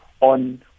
on